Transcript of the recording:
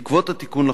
בעקבות התיקון לחוק,